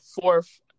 fourth